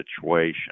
situation